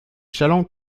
chalands